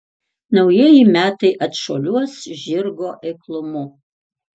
naujieji metai atšuoliuos žirgo eiklumu